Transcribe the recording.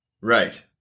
Right